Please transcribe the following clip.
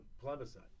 plebiscite